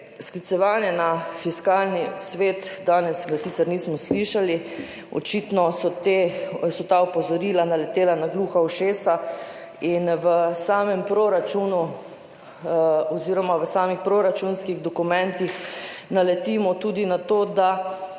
Sklicevanje na Fiskalni svet, danes ga sicer nismo slišali, očitno so ta opozorila naletela na gluha ušesa in v samem proračunu oziroma v samih proračunskih dokumentih naletimo tudi na to, da